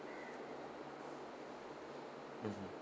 mmhmm